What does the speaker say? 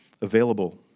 available